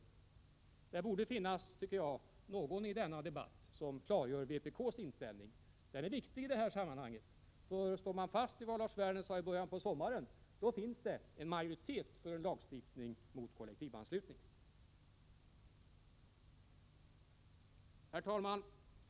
Det borde finnas någon som i denna debatt klargör vpk:s inställning. Den är viktig i detta sammanhang, för slår man fast vad Lars Werner sade i början av sommaren finns det en majoritet för lagstiftning mot kollektivanslutning. Herr talman!